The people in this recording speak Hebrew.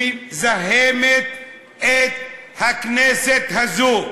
שמזהמת את הכנסת הזו.